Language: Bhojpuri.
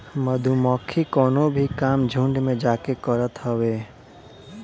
मधुमक्खी कवनो भी काम झुण्ड में जाके करत हवे